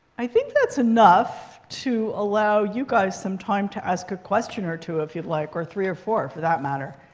i think that's enough to allow you guys some time to ask a question or two if you'd like, or three or four for that matter.